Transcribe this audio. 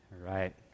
Right